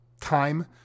time